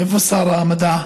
איפה שר המדע?